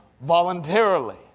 voluntarily